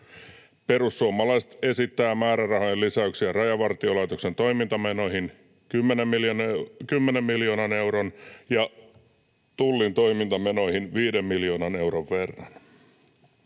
perussuomalaiset esittävät määrärahojen lisäyksiä Rajavartiolaitoksen toimintamenoihin 10 miljoonan euron ja Tullin toimintamenoihin 5 miljoonan euron verran.